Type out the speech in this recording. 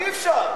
אי-אפשר.